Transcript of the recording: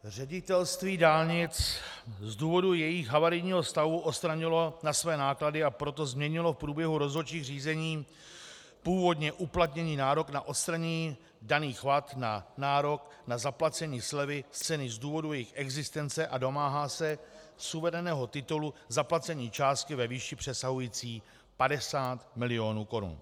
Ředitelství silnic a dálnic z důvodu jejich havarijního stavu odstranilo na své náklady, a proto změnilo v průběhu rozhodčích řízení původně uplatněný nárok na odstranění daných vad na nárok na zaplacení slevy z ceny z důvodu jejich existence a domáhá se z uvedeného titulu zaplacení částky ve výši přesahující 50 milionů korun.